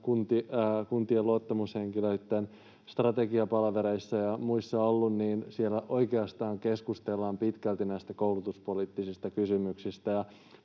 kuntien luottamushenkilöitten strategiapalavereissa ja muissa ollut, niin siellä oikeastaan keskustellaan pitkälti näistä koulutuspoliittisista kysymyksistä